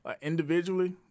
individually